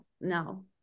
No